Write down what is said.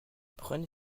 prenez